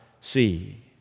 see